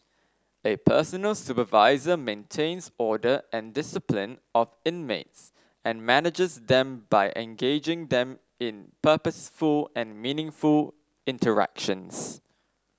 a personal supervisor maintains order and discipline of inmates and manages them by engaging them in purposeful and meaningful interactions